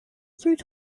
through